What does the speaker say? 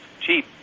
cheap